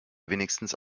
wenigstens